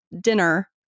dinner